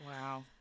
Wow